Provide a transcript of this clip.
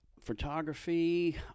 Photography